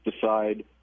decide